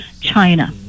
China